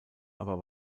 aber